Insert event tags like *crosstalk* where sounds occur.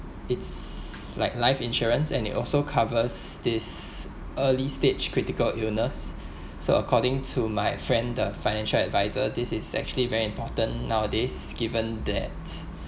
it's like life insurance and it also covers this early stage critical illness *breath* so according to my friend the financial adviser this is actually very important nowadays given that